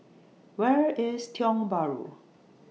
Where IS Tiong Bahru